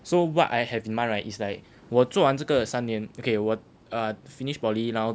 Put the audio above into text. so what I have in mind right it's like 我做完这个三年 okay 我 finish poly 然后